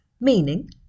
meaning